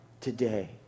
Today